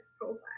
profile